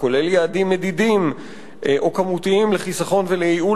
כולל יעדים מדידים או כמותיים לחיסכון ולייעול